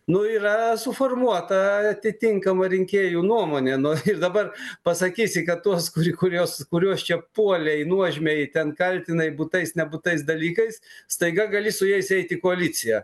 nu yra suformuota atitinkama rinkėjų nuomonė nu dabar pasakysi kad tuos kurios kuriuos čia puolei nuožmiai ten kaltinai būtais nebūtais dalykais staiga gali su jais eit į koaliciją